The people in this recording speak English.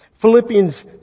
Philippians